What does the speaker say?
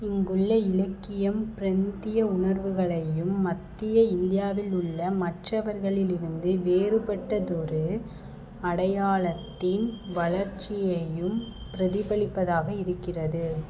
இங்குள்ள இலக்கியம் ப்ராந்திய உணர்வுகளையும் மத்திய இந்தியாவிலுள்ள மற்றவர்களிலிருந்து வேறுபட்டதொரு அடையாளத்தின் வளர்ச்சியையும் பிரதிபலிப்பதாக இருக்கிறது